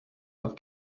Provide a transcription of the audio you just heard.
have